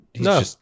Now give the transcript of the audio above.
no